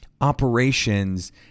operations